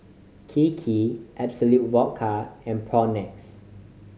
Kiki Absolut Vodka and Propnex